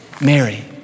Mary